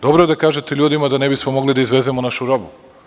Dobro je da kažete ljudima da ne bismo mogli da izvezemo našu robu.